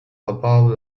above